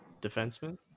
Defenseman